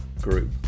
group